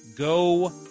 Go